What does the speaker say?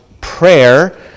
prayer